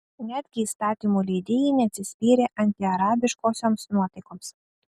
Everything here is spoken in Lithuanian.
netgi įstatymų leidėjai neatsispyrė antiarabiškosioms nuotaikoms